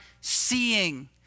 seeing